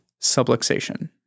subluxation